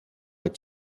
est